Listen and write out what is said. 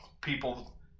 people